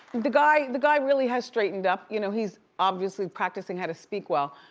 the guy, the guy really has straightened up. you know, he's obviously practicing how to speak well,